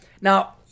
Now